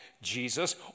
Jesus